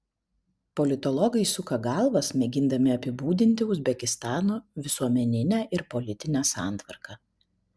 politologai suka galvas mėgindami apibūdinti uzbekistano visuomeninę ir politinę santvarką